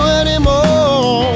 anymore